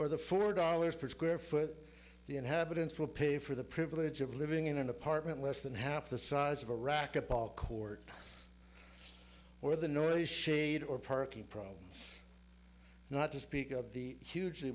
or the four dollars per square foot the inhabitants will pay for the privilege of living in an apartment less than half the size of a racquetball court or the noise shade or parking problems not to speak of the hugely